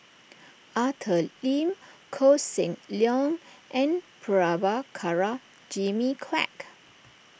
Arthur Lim Koh Seng Leong and Prabhakara Jimmy Quek